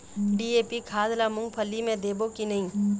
DAP खाद ला मुंगफली मे देबो की नहीं?